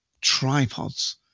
tripods